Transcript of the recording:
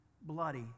bloody